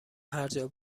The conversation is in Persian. هرجا